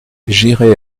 j’irai